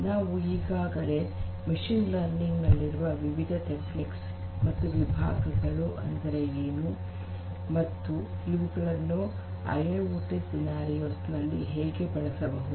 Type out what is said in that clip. ನಾವು ಈಗಾಗಲೇ machine learning ನಲ್ಲಿರುವ ವಿವಿಧ ತಂತ್ರಗಳು ಮತ್ತು ವಿಭಾಗಗಳು ಎಂದರೆ ಏನು ಮತ್ತು ಇವುಗಳನ್ನು ಐಐಓಟಿ ಸನ್ನಿವೇಶದಲ್ಲಿ ಹೇಗೆ ಬಳಸಬಹುದು